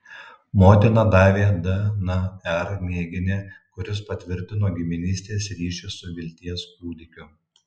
motina davė dnr mėginį kuris patvirtino giminystės ryšį su vilties kūdikiu